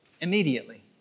Immediately